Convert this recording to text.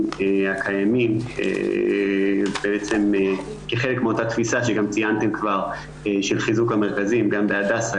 הקיימים כחלק מאותה תפיסה שגם ציינתם כבר של חיזוק המרכזים גם בהדסה,